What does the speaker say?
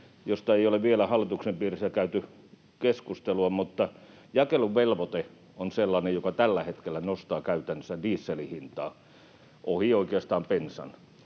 mistä ei ole vielä hallituksen piirissä käyty keskustelua, että jakeluvelvoite on sellainen, joka tällä hetkellä nostaa käytännössä dieselin hintaa oikeastaan ohi bensan.